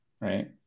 right